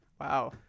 Wow